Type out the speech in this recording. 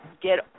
get